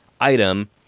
item